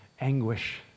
anguish